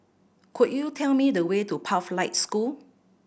could you tell me the way to Pathlight School